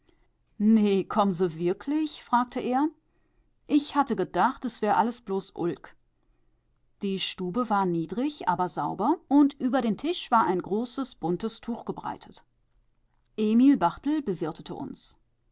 wirklich fragte er ich hatte gedacht s wär alles bloß ulk die stube war niedrig aber sauber und über den tisch war ein großes buntes tuch gebreitet emil barthel bewirtete uns